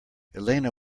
elena